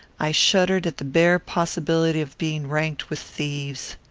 i shuddered at the bare possibility of being ranked with thieves.